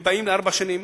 הם באים לארבע שנים,